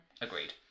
Agreed